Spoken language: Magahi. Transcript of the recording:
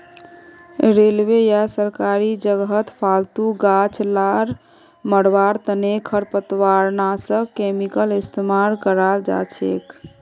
रेलवे या सरकारी जगहत फालतू गाछ ला मरवार तने खरपतवारनाशक केमिकल इस्तेमाल कराल जाछेक